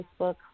Facebook